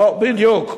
בדיוק.